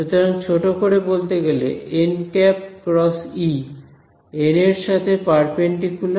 সুতরাং ছোট করে বলতে গেলে n × E এন এর সাথে পারপেন্ডিকুলার